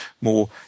more